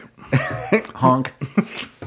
Honk